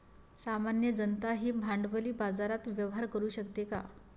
सामान्य जनताही भांडवली बाजारात व्यवहार करू शकते का?